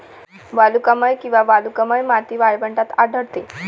वालुकामय किंवा वालुकामय माती वाळवंटात आढळते